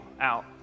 out